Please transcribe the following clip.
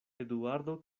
eduardo